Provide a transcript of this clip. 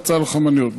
בצל או חמניות.